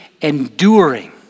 Enduring